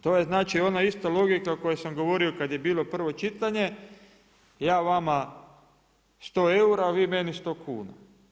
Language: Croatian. To je znači ona ista logika o kojoj sam govorio kada je bilo prvo čitanje, ja vama 100 eura, a vi meni 100 kuna.